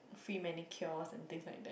free manicure and things like that